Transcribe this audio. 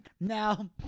Now